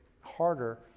harder